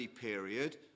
period